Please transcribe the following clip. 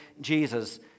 Jesus